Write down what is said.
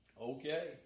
okay